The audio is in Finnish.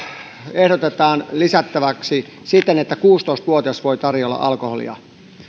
ehdotetaan lisättäväksi siten että kuusitoista vuotias voi tarjoilla alkoholia